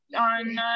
on